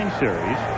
series